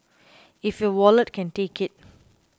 if your wallet can take it